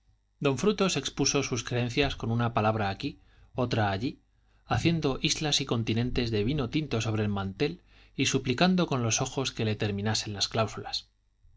don frutos expuso sus creencias con una palabra aquí otra allí haciendo islas y continentes de vino tinto sobre el mantel y suplicando con los ojos que le terminasen las cláusulas